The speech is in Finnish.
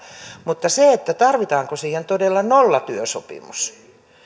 mutta se tarvitaanko siihen todella nollatyösopimus